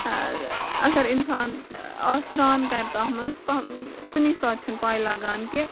اَگر اِنسان سرٛان کرِ تتھ منٛز کُنی ساتہٕ چھنہٕ پاے لگان کہِ